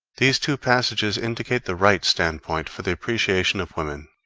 these two passages indicate the right standpoint for the appreciation of women.